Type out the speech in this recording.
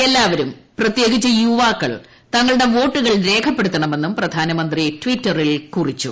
എല്ലാവരും പ്രത്യേകിച്ച് തങ്ങളുടെ വോട്ടുകൾ രേഖപ്പെടുത്തണമെന്നും പ്രധാനമന്ത്രി ടിറ്ററിൽ കുറിച്ചു